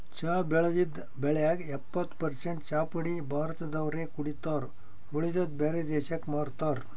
ಚಾ ಬೆಳದಿದ್ದ್ ಬೆಳ್ಯಾಗ್ ಎಪ್ಪತ್ತ್ ಪರಸೆಂಟ್ ಚಾಪುಡಿ ಭಾರತ್ ದವ್ರೆ ಕುಡಿತಾರ್ ಉಳದಿದ್ದ್ ಬ್ಯಾರೆ ದೇಶಕ್ಕ್ ಮಾರ್ತಾರ್